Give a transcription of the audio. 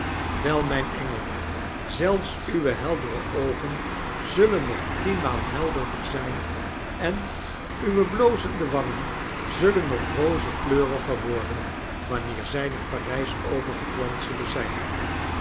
wei mijn en gel zelfs uwe heldere oogenzullen nog tienmaal helderder zgn en uwe biozende wangen zullen nog rozekleuriger worden wanneer zg naar p a r g s overgeplant zullen zjjn